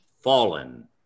fallen